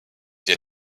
wir